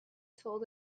told